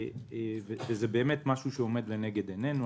זה משהו שעומד לנגד עינינו,